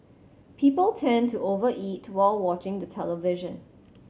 people tend to over eat while watching the television